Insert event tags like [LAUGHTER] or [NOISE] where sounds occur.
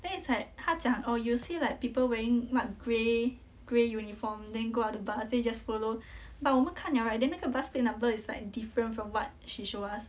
then it's like 他讲 oh you see like people wearing what gray gray uniform then go up the bus then you just follow [BREATH] but 我们看了 right then 那个 bus plate number is like different from what she show us